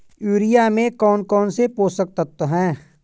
Urea में कौन कौन से पोषक तत्व है?